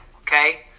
okay